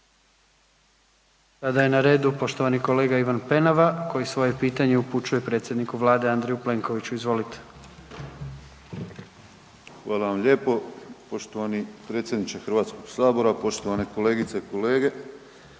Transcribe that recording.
Sada je na redu poštovani kolega Ivan Penava koji svoje pitanje upućuje predsjedniku vlade Andreju Plenkoviću, izvolite. **Penava, Ivan (DP)** Hvala vam lijepo, poštovani predsjedniče HS, poštovane kolegice i kolege,